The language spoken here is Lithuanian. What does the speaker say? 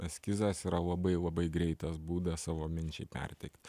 eskizas yra labai labai greitas būdas savo minčiai perteikti